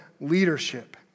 leadership